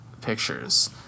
pictures